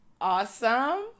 Awesome